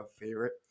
favorite